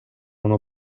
una